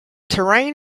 terrain